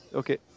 okay